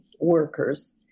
workers